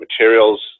Materials